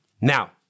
Now